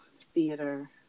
theater